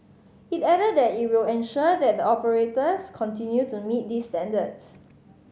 it added that it will ensure that the operators continue to meet these standards